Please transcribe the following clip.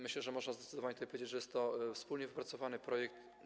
Myślę, że można zdecydowanie tutaj powiedzieć, że jest to wspólnie wypracowany projekt.